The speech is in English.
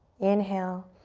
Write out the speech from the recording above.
inhale.